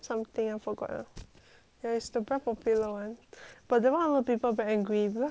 ya it's the quite popular [one] but that [one] a lot of people very angry because cannot book until